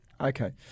Okay